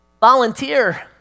Volunteer